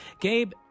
Gabe